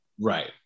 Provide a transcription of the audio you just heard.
Right